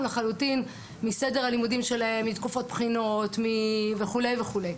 לחלוטין מסדר הלימודים שלהם מתקופת בחינות וכו' וכו'.